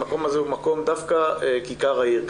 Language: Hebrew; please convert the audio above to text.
המקום הזה הוא דווקא כיכר העיר.